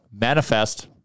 manifest